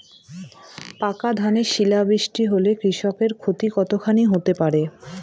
পাকা ধানে শিলা বৃষ্টি হলে কৃষকের ক্ষতি কতখানি হতে পারে?